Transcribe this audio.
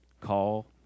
call